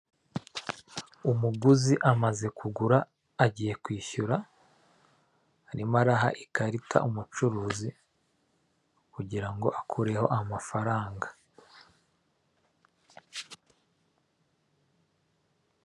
Hoteli zitandukanye zo mu Rwanda bakunze kubaka ibyo bakunze kwita amapisine mu rurimi rw'abanyamahanga aho ushobora kuba wahasohokera nabawe mukaba mwahagirira ibihe byiza murimo muroga mwishimisha .